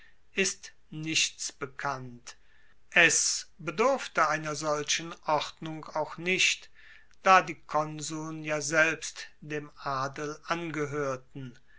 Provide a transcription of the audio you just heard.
ist nichts bekannt es bedurfte einer solchen ordnung auch nicht da die konsuln ja selbst dem adel angehoerten